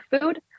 food